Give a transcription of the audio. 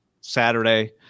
Saturday